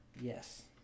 yes